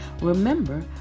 Remember